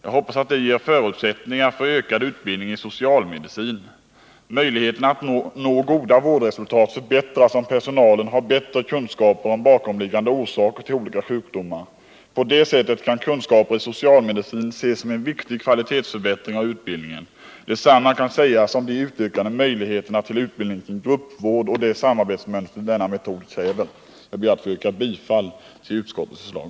Jag hoppas att det ger förutsättningar för en ökning av utbildningen i socialmedicin. Möjligheterna att nå goda vårdresultat förbättras, om personalen har bättre kunskaper om bakomliggande orsaker till olika sjukdomar. På det sättet kan kunskaper i socialmedicin ses som en viktig förbättring av kvaliteten i utbildningen. Detsamma kan sägas om de ökade möjligheterna till utbildning i gruppvård och det samarbetsmönster denna metod kräver. Jag ber att få yrka bifall till utskottets förslag.